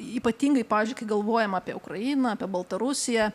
ypatingai pavyzdžiui kai galvojama apie ukrainą apie baltarusiją